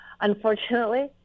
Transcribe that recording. unfortunately